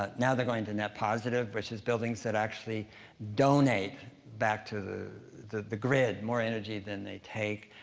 ah now, they're going to net positive, which is buildings that actually donate back to the the grid more energy than they take,